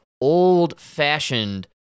old-fashioned